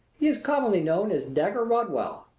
he is commonly known as dagger rodwell.